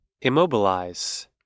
Immobilize